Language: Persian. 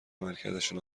عملکردشان